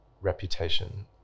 reputation